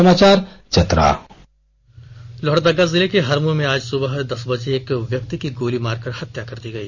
विस्तृत ब्योरा दे रहे है लोहरदगा जिले के हरमू में आज सुबह दस बजे एक व्यक्ति की गोली मारकर हत्या कर दी गई